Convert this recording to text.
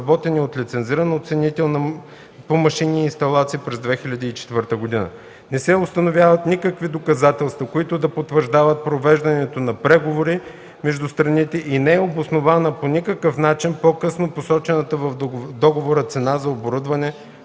разработени от лицензиран оценител по машини и инсталации през 2004 г.“ Не се установяват никакви доказателства, които да потвърждават провеждането на преговори между страните, и не е обоснована по никакъв начин по-късно посочената в договора цена за оборудването